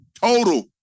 Total